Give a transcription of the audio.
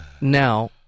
now